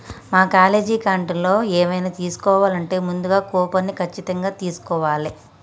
మా కాలేజీ క్యాంటీన్లో ఎవైనా తీసుకోవాలంటే ముందుగా కూపన్ని ఖచ్చితంగా తీస్కోవాలే